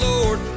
Lord